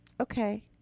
Okay